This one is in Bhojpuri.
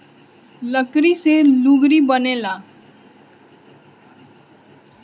लकड़ी से लुगड़ी बनेला